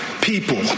people